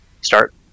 start